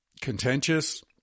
contentious